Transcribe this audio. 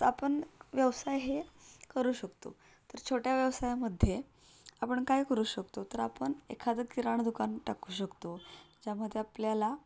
चा पण व्यवसाय हे करू शकतो तर छोट्या व्यवसायामध्ये आपण काय करू शकतो तर आपण एखादं किराणा दुकान टाकू शकतो ज्यामध्ये आपल्याला